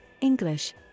English